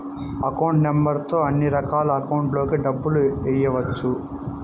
account number తో అన్నిరకాల అకౌంట్లలోకి డబ్బులు ఎయ్యవచ్చు